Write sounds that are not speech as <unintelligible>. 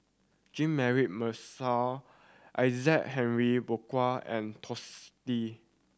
Jean Mary Marshall Isaac Henry <unintelligible> and Twisstii